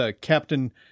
Captain